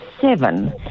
seven